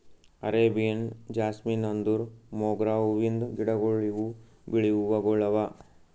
Arabian jasmine ಅಂದುರ್ ಮೊಗ್ರಾ ಹೂವಿಂದ್ ಗಿಡಗೊಳ್ ಇವು ಬಿಳಿ ಹೂವುಗೊಳ್ ಅವಾ